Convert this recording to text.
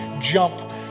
jump